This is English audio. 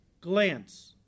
glance